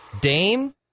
Dame